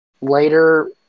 Later